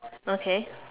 okay